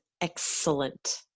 excellent